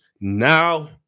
now